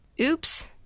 Oops